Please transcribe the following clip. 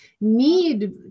need